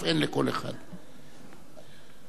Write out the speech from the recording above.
יפה, אדוני.